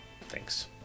Thanks